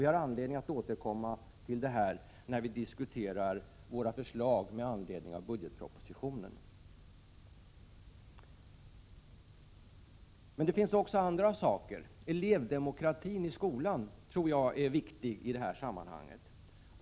Vi har anledning att återkomma till detta när vi diskuterar våra förslag med anledning av budgetpropositionen. Det finns också annat. Elevdemokratin i skolan tror jag är viktig i detta sammanhang.